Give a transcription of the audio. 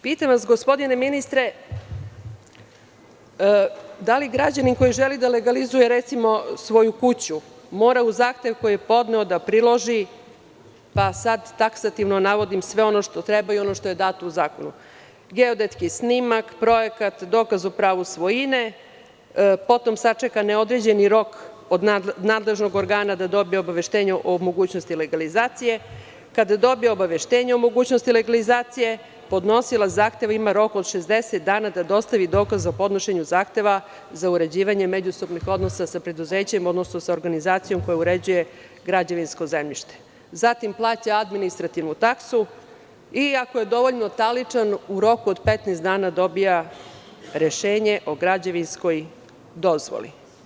Pitam vas, gospodine ministre, da li građanin koji želi da legalizuje recimo svoju kuću, mora uz zahtev koji je podneo da priloži, pa sad taksativno navodim sve ono što treba i što je dato u zakonu: geodetski snimak, projekat, dokaz o pravu svojine, potom sačeka neodređeni rok od nadležnog organa da dobije obaveštenje o mogućnosti legalizacije, kada dobije obaveštenje o mogućnosti legalizacije, podnosilac zahteva ima rok od 60 dana da dostavi dokaz o podnošenju zahteva za uređivanje međusobnih odnosa sa preduzećem, odnosno sa organizacijom koja uređuje građevinsko zemljište, zatim, plaća administrativnu taksu i ako je dovoljno taličan, u roku od 15 dana dobija rešenje o građevinskoj dozvoli.